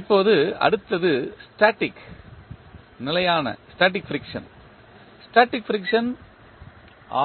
இப்போது அடுத்தது ஸ்டேட்டிக் நிலையான ஃபிரிக்சன் ஸ்டேட்டிக் ஃபிரிக்சன்